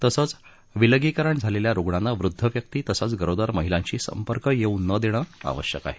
तसंच विलगीकरण झालेल्या रुग्णानं वृद्ध व्यक्ती तसंच गरोदर महिलांशी संपर्क येऊ न देणं आवश्यक आहे